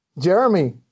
Jeremy